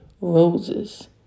roses